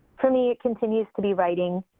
for me it continues to be writing,